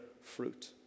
fruit